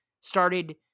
started